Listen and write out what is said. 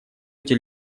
эти